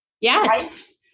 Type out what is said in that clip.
Yes